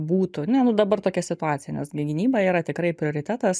būtų ne nu dabar tokia situacija nes gi gynyba yra tikrai prioritetas